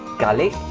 garlic,